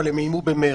אבל הם איימו במרד.